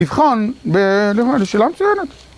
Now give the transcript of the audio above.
לבחון... זו שאלה מצוינת.